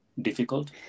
difficult